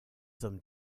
some